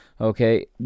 okay